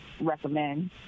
recommend